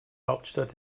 hauptstadt